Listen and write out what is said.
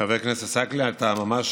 חבר הכנסת עסאקלה, אתה ממש